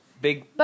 big